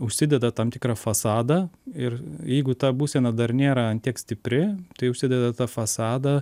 užsideda tam tikrą fasadą ir jeigu ta būsena dar nėra ant tiek stipri tai užsideda tą fasadą